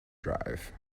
drive